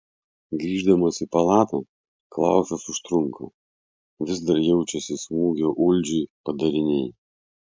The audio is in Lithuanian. grįždamas į palatą klausas užtrunka vis dar jaučiasi smūgio uldžiui padariniai